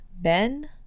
Ben